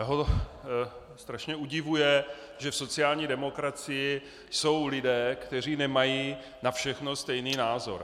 Jeho strašně udivuje, že v sociální demokracii jsou lidé, kteří nemají na všechno stejný názor.